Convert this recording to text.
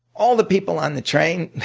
all the people on the train,